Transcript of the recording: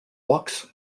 walks